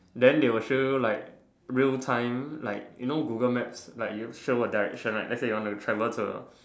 then they will show you like real time like you know Google maps like show a direction right let's say you want to travel to